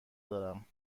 دارم